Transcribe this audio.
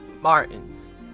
Martin's